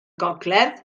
gogledd